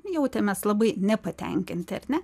jautėmės labai nepatenkinti ar ne